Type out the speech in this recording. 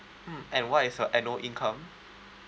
mm and what is your annual income